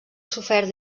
sofert